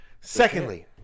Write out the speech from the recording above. Secondly